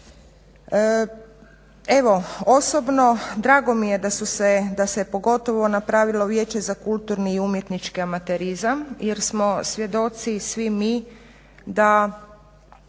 Evo, osobno drago mi je da se pogotovo napravilo Vijeće za kulturni i umjetnički amaterizam jer smo svjedoci svi mi da